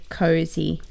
cozy